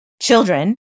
children